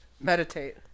Meditate